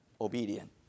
obedient